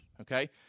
okay